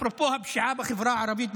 אפרופו הפשיעה בחברה הערבית,